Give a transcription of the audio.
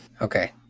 Okay